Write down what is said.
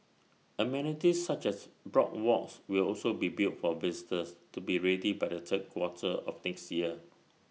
amenities such as boardwalks will also be built for visitors to be ready by the third quarter of next year